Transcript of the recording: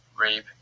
rape